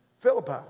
Philippi